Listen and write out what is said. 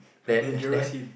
a dangerous hint